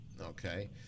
okay